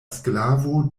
sklavo